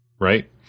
right